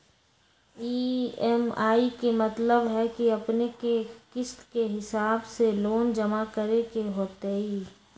EMI के मतलब है कि अपने के किस्त के हिसाब से लोन जमा करे के होतेई?